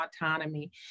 autonomy